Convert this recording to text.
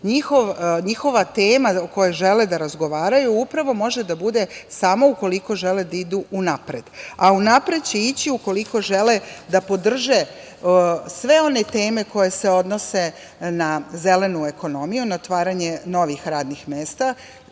Njihova tema o kojoj žele da razgovaraju upravo može da bude samo ukoliko žele da idu unapred. A unapred će ići ukoliko žele da podrže sve one teme koje se odnose na zelenu ekonomiju, na otvaranje novih radnih mesta,